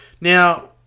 Now